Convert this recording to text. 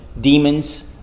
demons